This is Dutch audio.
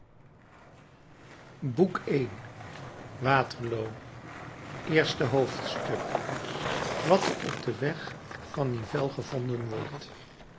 boek i waterloo eerste hoofdstuk wat er op den weg van nivelles gevonden wordt